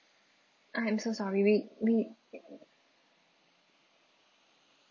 I am so sorry we we